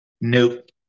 Nope